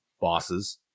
bosses